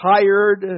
tired